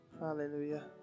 Hallelujah